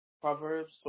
Proverbs